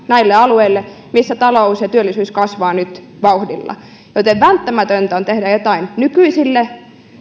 näille alueille missä talous ja työllisyys kasvavat nyt vauhdilla joten välttämätöntä on tehdä jotain nykyisille